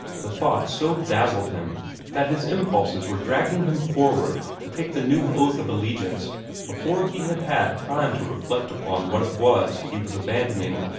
the thought so dazzled him that his impulses were dragging him forward to take the new oath of allegiance before he had had time to reflect upon what it was he was abandoning.